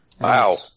Wow